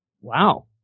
Wow